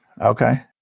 Okay